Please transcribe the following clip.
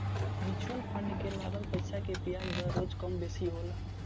mutual fund के लागल पईसा के बियाज दर रोज कम बेसी होला